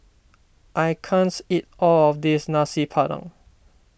I can't eat all of this Nasi Padang